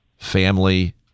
family